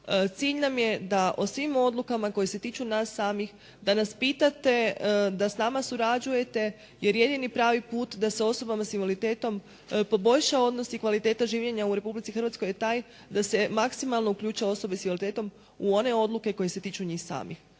cilj nam je da o svim odlukama koje se tiču nas samih da nas pitate, da s nama surađujete jer jedini pravi put da se osobama s invaliditetom poboljša odnos i kvaliteta življenja u Republici Hrvatskoj je taj da se maksimalno uključe osobe s invaliditetom u one odluke koje se tiču njih samih.